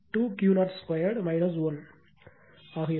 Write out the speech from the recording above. ஆக இருக்கும்